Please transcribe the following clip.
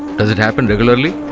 does it happen regularly?